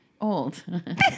old